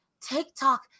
TikTok